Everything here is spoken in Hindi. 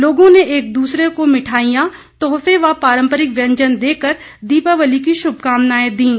लोगों ने एक दूसरे को मिठाईयां तोहफे व पारंपरिक व्यंजन देकर दीपावली की शुभकामनाएं दीं